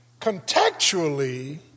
contextually